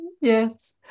Yes